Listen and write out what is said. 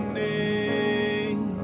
name